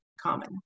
common